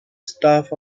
staff